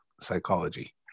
psychology